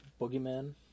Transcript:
boogeyman